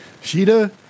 Sheeta